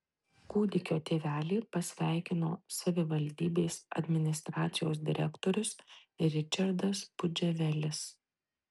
kūdikio tėvelį pasveikino savivaldybės administracijos direktorius ričardas pudževelis